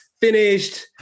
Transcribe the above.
finished